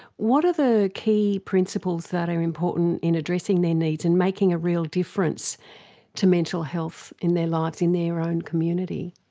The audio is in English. what are the key principles that are important in addressing their needs and making a real difference to mental health in their lives in their own community?